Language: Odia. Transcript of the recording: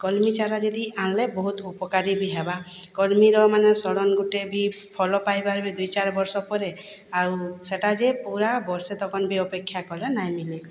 କଲ୍ମି ଚାରା ଯଦି ଆନ୍ଲେ ବହୁତ୍ ଉପକାରୀ ବି ହେବା କଲ୍ମିର ମାନେ ସଡ଼ନ୍ ଗୁଟେ ବି ଫଳ ପାଇବାର୍ ବି ଦୁଇ ଚାର୍ ବର୍ଷ ପରେ ଆଉ ସେଟା ଯେ ପୁରା ବର୍ଷେ ତକନ୍ ବି ଅପେକ୍ଷା କଲେ ନାଇଁ ମିଲେ